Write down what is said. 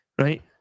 right